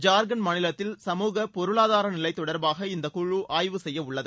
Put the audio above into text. ஜார்க்கண்ட் மாநிலத்தில் சமூக பொருளாதார நிலை தொடர்பாக இந்தக் குழு ஆய்வு செய்யவுள்ளது